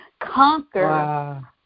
conquer